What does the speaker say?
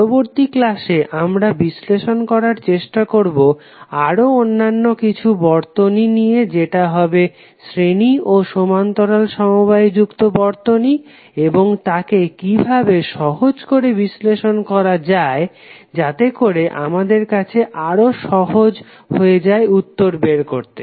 পরবর্তী ক্লাসে আমরা বিশ্লেষণ করার চেষ্টা করবো আরও অনন্য কিছু বর্তনী নিয়ে যেটা হবে শ্রেণী ও সমান্তরাল সমবায় যুক্ত বর্তনী এবং তাকে কিভাবে সহজ করে বিশ্লেষণ করা যায় যাতে করে আমাদের কাছে আরও সহজ হয়ে যায় উত্তর বের করতে